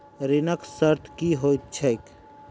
ऋणक शर्त की होइत छैक?